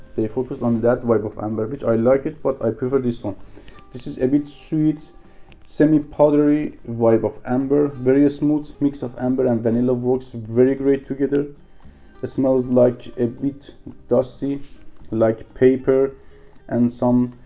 they focused on that vibe of amber which i like it but i prefer this one this is a bit sweet semi powdery vibe of amber very smooth mix of amber and vanilla works very great together smells like a bit dusty like paper and some